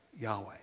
Yahweh